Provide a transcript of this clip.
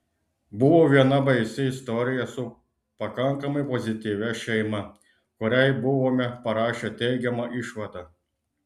buvo viena baisi istorija su pakankamai pozityvia šeima kuriai buvome parašę teigiamą išvadą